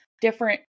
different